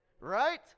right